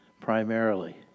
primarily